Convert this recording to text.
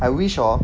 I wish hor